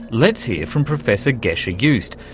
let's hear from professor gesche joost,